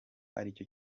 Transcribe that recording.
aricyo